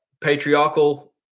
patriarchal